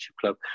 club